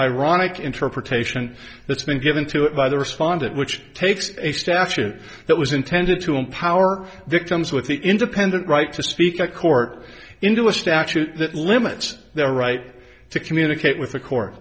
ironic interpretation that's been given to it by the respondent which takes a statute that was intended to empower victims with the independent right to speak a court into a statute that limits their right to communicate with a court